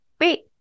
wait